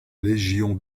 légion